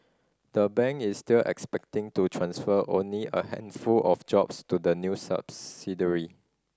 the bank is still expecting to transfer only a handful of jobs to the new subsidiary